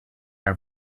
are